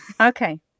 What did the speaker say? Okay